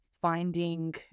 finding